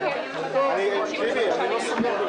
של חברת הכנסת יוליה מלינובסקי לא נתקבלה.